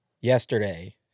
Yesterday